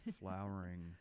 flowering